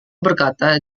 berkata